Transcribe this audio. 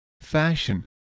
Fashion